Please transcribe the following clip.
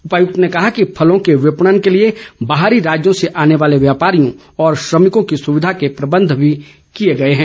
उपायुक्त ने कहा कि फलों के विपणन ँ के लिए बाहरी राज्यों से आने वाले व्यापारियों और श्रमिकों की सुविधा के प्रबंध भी किए गए हैं